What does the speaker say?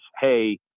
hey